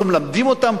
אנחנו מלמדים אותם,